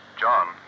John